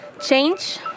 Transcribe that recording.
change